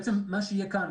מה שיהיה כאן,